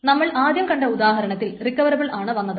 നമ്മൾ ആദ്യം കണ്ട ഉദാഹരണത്തിൽ റിക്കവറബിൾ ആണ് വന്നത്